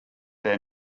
their